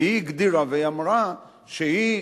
והיא הגדירה ואמרה שהיא,